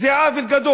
יו"ר האופוזיציה,